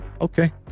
Okay